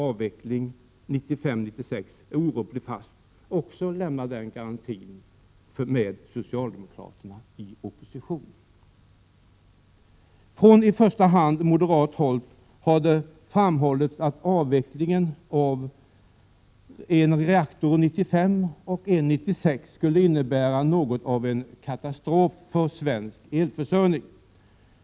Min konkreta fråga till Birgitta Dahl är: Kan Birgitta Dahl lämna den garantin också med socialdemokraterna i opposition? Från i första hand moderat håll har det framhållits att avvecklingen av en reaktor 1995 och en 1996 skulle innebära något av en katastrof för svensk elförsörjning.